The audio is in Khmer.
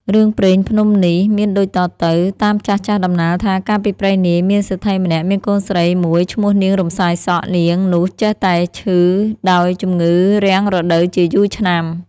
រឿងព្រេងភ្នំនេះ មានដូចតទៅ តាមចាស់ៗដំណាលថា កាលពីព្រេងនាយ មានសេដ្ឋីម្នាក់មានកូនស្រីមួយឈ្មោះនាង រំសាយសក់ នាង នោះចេះតែឈឺដោយជំងឺរាំងរដូវជាយូរឆ្នាំ ។